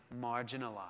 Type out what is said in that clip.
marginalized